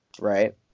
Right